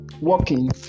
working